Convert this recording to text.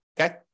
okay